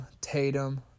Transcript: Tatum